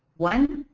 one,